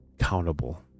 accountable